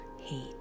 hate